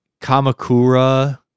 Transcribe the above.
Kamakura